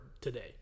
today